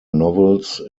novels